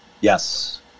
yes